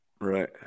Right